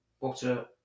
butter